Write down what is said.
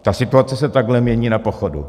Ta situace se takhle mění za pochodu.